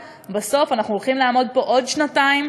בסוף אנחנו הולכים לעמוד פה בעוד שנתיים,